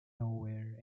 nowhere